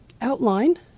outline